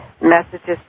messages